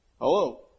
Hello